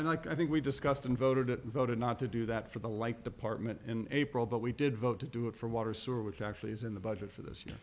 i like i think we discussed and voted it voted not to do that for the like department in april but we did vote to do it for water sewer which actually is in the budget for this y